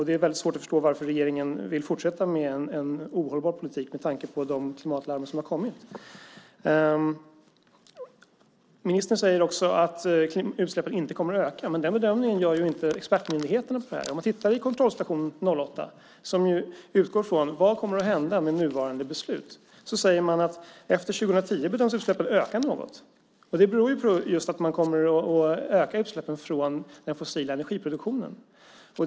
Det är svårt att förstå varför regeringen vill fortsätta med en ohållbar politik med tanke på klimatlarmen. Ministern säger också att utsläppen inte kommer att öka. Men den bedömningen gör inte expertmyndigheterna. Kontrollstation 2008 utgår från vad som kommer att hända med nuvarande beslut. Man säger att efter 2010 bedöms utsläppen öka något. Det beror på att utsläppen från den fossila energiproduktionen kommer att öka.